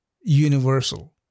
universal